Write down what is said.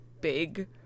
big